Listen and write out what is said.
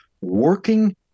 working